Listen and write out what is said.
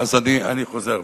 אני חוזר בי.